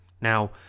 now